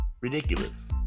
ridiculous